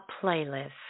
playlist